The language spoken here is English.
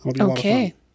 Okay